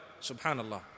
Subhanallah